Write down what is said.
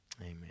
Amen